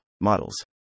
models